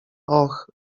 och